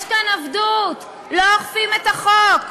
יש כאן עבדות, לא אוכפים את החוק.